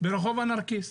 ברחוב הנרקיס.